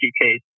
case